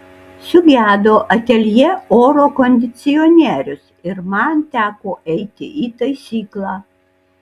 sugedo ateljė oro kondicionierius ir man teko eiti į taisyklą